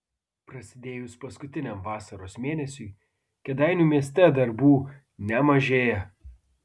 prasidėjus paskutiniam vasaros mėnesiui kėdainių mieste darbų nemažėja